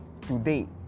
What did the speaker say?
today